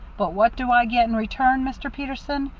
but what do i get in return, mister peterson?